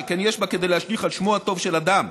שכן יש בה כדי להשליך על שמו הטוב של אדם,